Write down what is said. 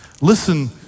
Listen